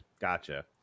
Gotcha